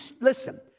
Listen